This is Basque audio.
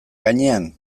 gainean